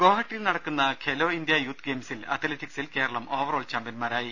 ഗോഹട്ടിയിൽ നടക്കുന്ന Khelo India youth ഗെയിംസിൽ അത്ലറ്റിക്സിൽ കേരളം ഓവറോൾ ചാമ്പ്യൻമാരായി